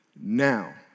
now